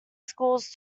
schools